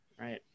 right